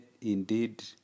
indeed